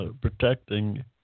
protecting